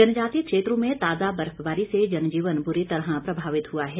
जनजातीय क्षेत्रों में ताजा बर्फबारी से जनजीवन बुरी तरह प्रभावित हुआ है